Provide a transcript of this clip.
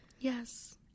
Yes